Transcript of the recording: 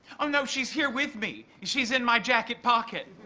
oh, no. she's here with me. she's in my jacket pocket.